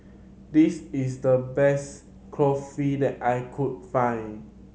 this is the best Kulfi that I could find